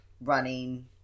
running